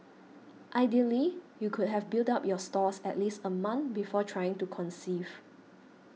ideally you could have built up your stores at least a month before trying to conceive